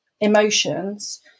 emotions